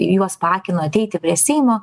juos paakino ateiti prie seimo